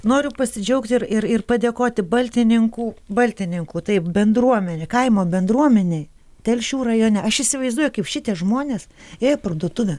noriu pasidžiaugti ir ir ir padėkoti baltininkų baltininkų taip bendruomenė kaimo bendruomenei telšių rajone aš įsivaizduoju kaip šitie žmonės ėjo į parduotuvę